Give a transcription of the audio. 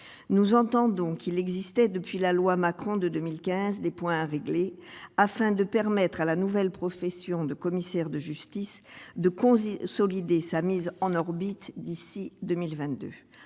nous entendons qu'il existait depuis la loi Macron de 2015 des points à régler afin de permettre à la nouvelle profession de commissaires de justice de conseillers solide et sa mise en orbite d'ici 2022